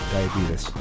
Diabetes